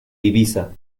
ibiza